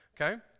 Okay